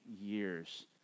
years